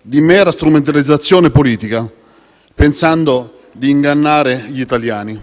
di mera strumentalizzazione politica, pensando di ingannare gli italiani.